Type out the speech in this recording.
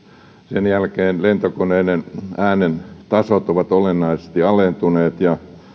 sen jälkeen lentokoneiden äänentasot ovat olennaisesti alentuneet ja